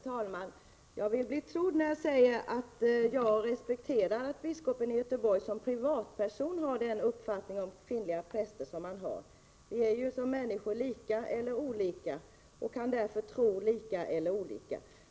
Herr talman! Jag vill bli trodd när jag säger att jag respekterar att biskopen i Göteborg som privatperson har den uppfattning om kvinnliga präster som han har. Människor är olika och kan ha olika tro.